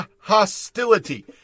hostility